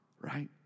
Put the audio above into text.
Right